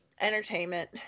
entertainment